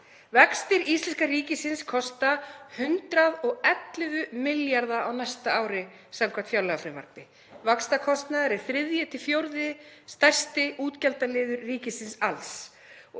Vextir íslenska ríkisins kosta 111 milljarða á næsta ári samkvæmt fjárlagafrumvarpi. Vaxtakostnaður er þriðji til fjórði stærsti útgjaldaliður ríkisins alls